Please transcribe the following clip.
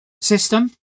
system